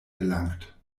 gelangt